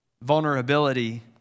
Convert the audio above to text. Vulnerability